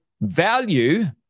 value